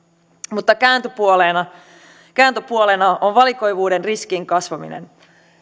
mutta kääntöpuolena kääntöpuolena on valikoivuuden riskin kasvaminen